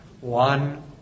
One